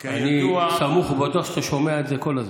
אני סמוך ובטוח שאתה שומע את זה כל הזמן.